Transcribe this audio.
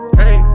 hey